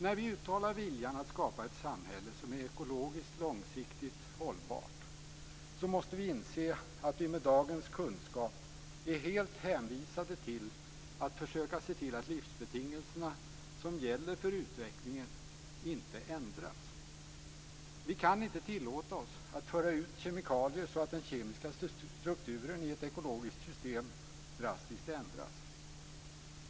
När vi uttalar viljan att skapa ett samhälle som är ekologiskt långsiktigt hållbart måste vi inse att vi med dagens kunskap är helt hänvisade till att försöka se till att de livsbetingelser som gäller för utvecklingen inte ändras. Vi kan inte tillåta oss att föra ut kemikalier så att den kemiska strukturen i ett ekologiskt system drastiskt ändras.